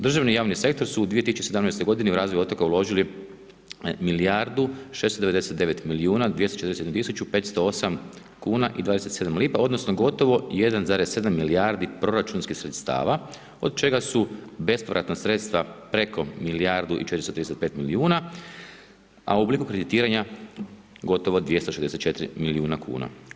Državni i javni sektor su u 2017. u razvoj otoka uložili milijardu 699 milijuna 241 tisuću 508 kuna i 27 lipa, odnosno gotovo 1,7 milijardi proračunskih sredstava od čega su bespovratna sredstva preko milijardu i 435 milijuna a u obliku kreditiranja gotovo 264 milijuna kuna.